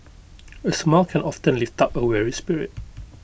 A smile can often lift up A weary spirit